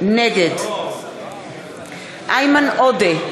נגד איימן עודה,